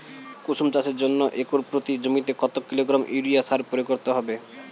কুসুম চাষের জন্য একর প্রতি জমিতে কত কিলোগ্রাম ইউরিয়া সার প্রয়োগ করতে হবে?